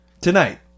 Tonight